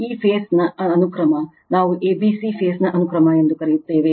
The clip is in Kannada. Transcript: ಈ ಫೇಸ್ ನ ಅನುಕ್ರಮ ನಾವು a b c ಫೇಸ್ ನ ಅನುಕ್ರಮ ಎಂದು ಕರೆಯುತ್ತೇವೆ